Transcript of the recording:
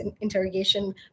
interrogation